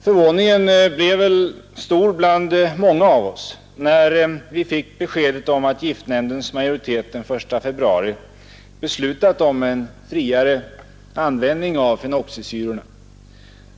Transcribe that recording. Förvåningen blev väl stor bland många av oss när vi fick beskedet om att giftnämndens majoritet den 1 februari beslutat om en friare användning av fenoxisyrorna.